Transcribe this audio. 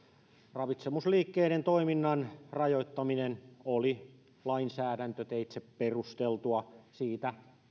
ravitsemusliikkeiden toiminnan rajoittaminen oli lainsäädäntöteitse perusteltua siitä